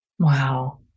Wow